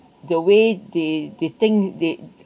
the way they they think they